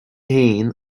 féin